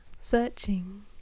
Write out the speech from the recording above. searching